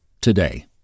today